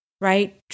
Right